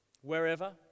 wherever